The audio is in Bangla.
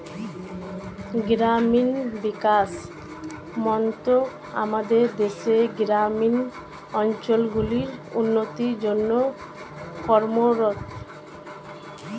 গ্রামীণ বিকাশ মন্ত্রক আমাদের দেশের গ্রামীণ অঞ্চলগুলির উন্নতির জন্যে কর্মরত